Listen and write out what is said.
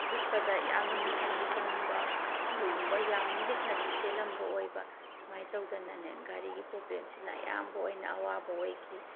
ꯆꯠꯄꯗ ꯌꯥꯝꯅ ꯃꯇꯝ ꯆꯪꯕ ꯑꯗꯨꯒꯨꯝꯕ ꯌꯥꯝ ꯂꯤꯛꯅꯁꯨ ꯆꯦꯜꯂꯝꯕ ꯑꯣꯏꯕ ꯁꯨꯃꯥꯏꯅ ꯇꯧꯗꯅꯅꯦ ꯒꯥꯔꯤꯒꯤ ꯄ꯭ꯔꯣꯕ꯭ꯂꯦꯝꯁꯤꯅ ꯑꯌꯥꯝꯕ ꯑꯣꯏꯅ ꯑꯋꯥꯕ ꯑꯣꯏꯈꯤ